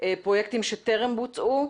פרויקטים שטרם בוצעו,